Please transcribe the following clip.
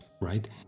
right